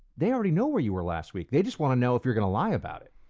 they already know where you were last week. they just want to know if you're going to lie about it.